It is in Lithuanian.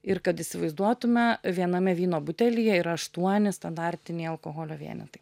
ir kad įsivaizduotume viename vyno butelyje yra aštuoni standartiniai alkoholio vienetai